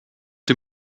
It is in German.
den